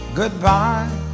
goodbye